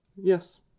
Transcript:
Yes